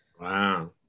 Wow